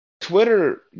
Twitter